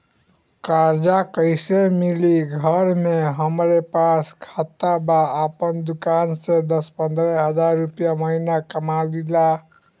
कर्जा कैसे मिली घर में हमरे पास खाता बा आपन दुकानसे दस पंद्रह हज़ार रुपया महीना कमा लीला?